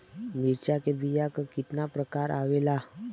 मिर्चा के बीया क कितना प्रकार आवेला?